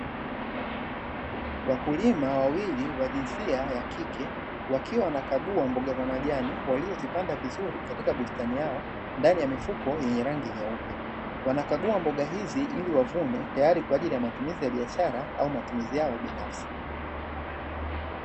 Wakulima wawili wa jinsia ya kike wakiwa wanakagua mboga za majani, waliozipanda vizuri katika bustani yao ndani ya mifuko yenye rangi nyeupe,; wanakagua mboga hizi ili wavune tayari kwa ajili ya matumizi ya biashara au matumizi yao binafsi.